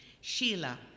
Sheila